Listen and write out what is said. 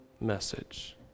message